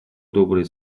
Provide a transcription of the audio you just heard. добрые